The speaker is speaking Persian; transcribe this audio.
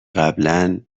قبلا